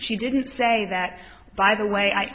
she didn't say that by the way i